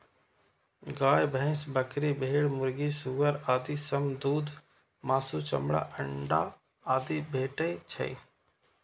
गाय, भैंस, बकरी, भेड़, मुर्गी, सुअर आदि सं दूध, मासु, चमड़ा, अंडा आदि भेटै छै